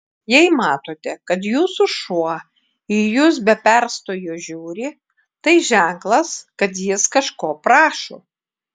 jei matote kad jūsų šuo į jus be perstojo žiūri tai ženklas kad jis kažko prašo